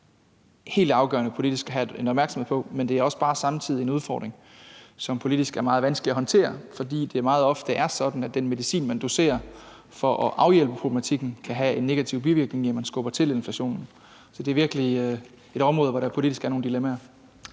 helt afgørende politisk at have en opmærksomhed på inflation, men det er også bare samtidig en udfordring, som politisk er meget vanskelig at håndtere, fordi det meget ofte er sådan, at den medicin, man doserer for at afhjælpe problematikken, kan have en negativ bivirkning ved, at man skubber til inflationen, så det er virkelig et område, hvor der politisk er nogle dilemmaer.